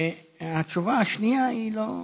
התשובה השנייה היא לא,